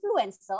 influencer